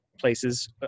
places